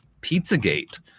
Pizzagate